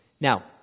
Now